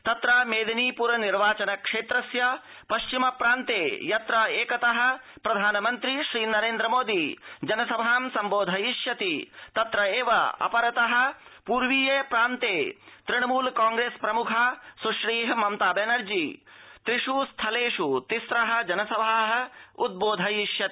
तत्र मेदिनीपुर निर्वाचन क्षेत्रस्य पश्चिमे प्रान्ते यत्र एकत प्रधानमन्त्री श्रीनरेन्द्र मोदी जनसभा सम्बोधयिष्यति तत्र एव अपरत प्र्वीये प्रान्ते तृणमूल कांग्रेस् प्रमुखा सुश्री ममता बनर्जी त्रिष् स्थलेषु तिम्र जनसभा उद्वोधयिष्यति